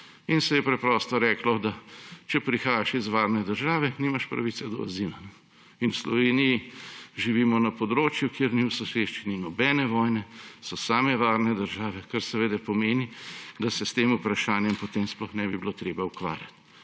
se je reklo, da če prihajaš iz varne države, nimaš pravico do azila. V Sloveniji živimo na območju, kjer ni v soseščini nobene vojne, so same varne države, kar seveda pomeni, da se s tem vprašanjem potem sploh ne bi bilo treba ukvarjati.